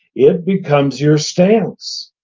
it becomes your stance.